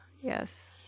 yes